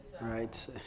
right